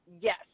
yes